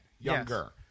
younger